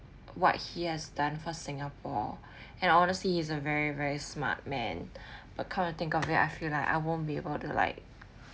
what he has done for singapore and honestly he's a very very smart man but come to think of it I feel like I won't be able to like